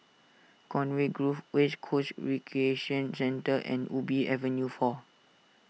Conway Grove West Coast Recreation Centre and Ubi Avenue four